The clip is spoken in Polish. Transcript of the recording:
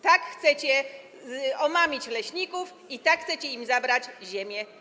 Tak chcecie omamić leśników i tak chcecie im zabrać ziemię.